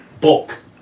bulk